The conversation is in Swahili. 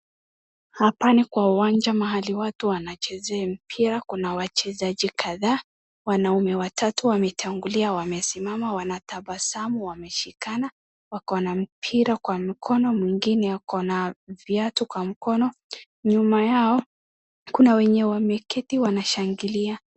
Hapa ni kwa uwanja mahali watu wanachezea mpira. Kuna wachezaji kadhaa, wanaume watatu wametangulia wamesimama wanatabasamu wameshikana. Wako na mpira kwa mkono mwengine ako na viatu kwa mkono. Nyuma yao kuna wenye wameketi wanashangilia.